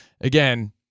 again